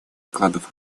вкладов